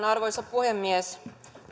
arvoisa puhemies